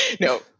No